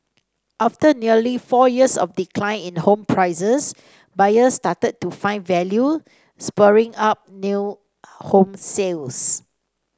after nearly four years of decline in home prices buyers started to find value spurring up new home sales